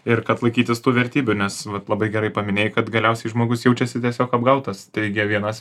ir kad laikytis tų vertybių nes vat labai gerai paminėjai kad galiausiai žmogus jaučiasi tiesiog apgautas teigia vienas